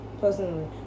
Personally